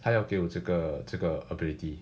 她要给我这个这个 ability